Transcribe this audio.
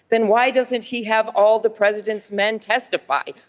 then why doesn't he have all the president's men testify?